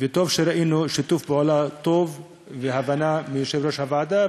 וטוב שראינו שיתוף פעולה טוב והבנה אצל יושב-ראש הוועדה,